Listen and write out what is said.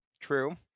True